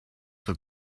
thou